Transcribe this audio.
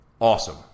awesome